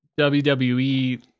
WWE